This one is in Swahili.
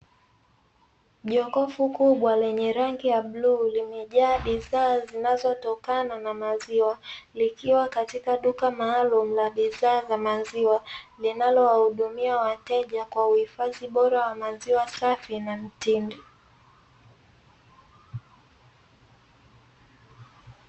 Jokofu kubwa lenye rangi ya bluu, limejaa bidhaa zinazotokana na maziwa, likiwa katika duka maalumu la bidhaa za maziwa, linalowahudumia wateja kwa uhifadhi bora wa maziwa safi na mtindi.